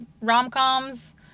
rom-coms